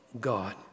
God